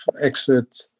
exit